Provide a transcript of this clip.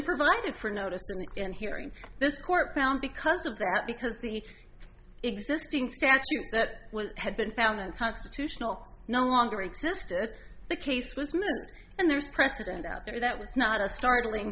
provided for notice the weekend here in this court found because of that because the existing statute that had been found unconstitutional no longer existed the case was made and there's precedent out there that was not a startling